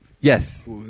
Yes